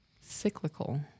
Cyclical